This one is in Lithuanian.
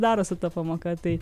daro su ta pamoka tai